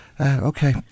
Okay